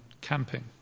camping